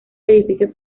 edificios